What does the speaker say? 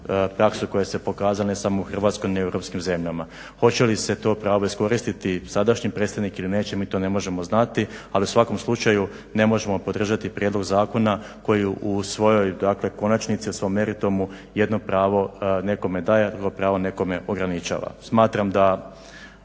praksu koja se pokazala ne samo u Hrvatskoj nego i u europskim zemljama. Hoće li se to pravo iskoristiti i sadašnji predsjednik ili neće mi to ne možemo znati. Ali u svakom slučaju ne možemo podržati prijedlog zakona koji u svojoj, dakle konačnici u svom meritumu jedno pravo nekome daje, a drugo pravo nekome ograničava. Smatram da